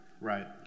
Right